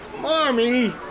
Mommy